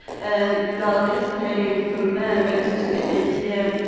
and without hesitating, the man went to the atm,